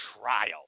trial